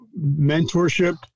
mentorship